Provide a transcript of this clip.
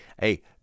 hey